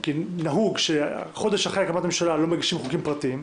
כי נהוג שחודש אחרי הקמת הממשלה לא מגישים הצעות חוק פרטיות,